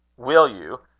will you?